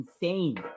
insane